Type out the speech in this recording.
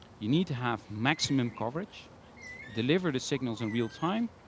you need to have maximum coverage delivered as signals in real time